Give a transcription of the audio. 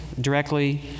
directly